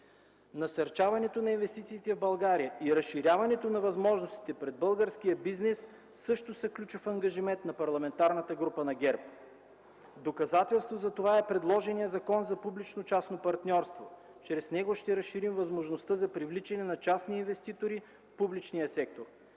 Насърчаването на инвестициите в България и разширяването на възможностите пред българския бизнес също са ключов ангажимент на Парламентарната група на ГЕРБ. Доказателство за това е предложеният Закон за публично-частното партньорство. Чрез него ще разширим възможността за привличане на частни инвеститори в публичния сектор.